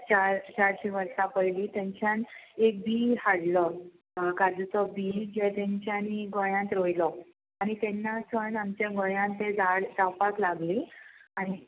चार चारशी वर्सां पयलीं थंयच्यान एक बीं हाडलो काजूचो बीं जे तेंच्यानी गोंयांत रोयलो आनी तेन्ना चड आमच्या गोंयांत तें झाड जावपाक लागली आनी